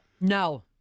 No